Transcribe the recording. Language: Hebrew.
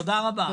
תודה רבה.